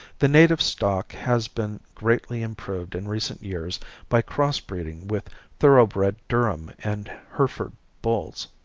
the native stock has been greatly improved in recent years by cross breeding with thoroughbred durham and hereford bulls.